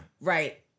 Right